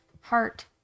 heart